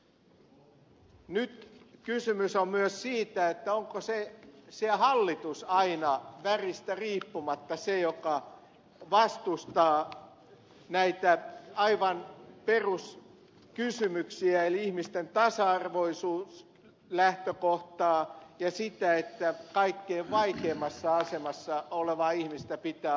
nyt kysymys on myös siitä onko se hallitus aina väristä riippumatta se joka vastustaa näitä aivan peruskysymyksiä eli ihmisten tasa arvoisuuslähtökohtaa ja sitä että kaikkein vaikeimmassa asemassa olevaa ihmistä pitää auttaa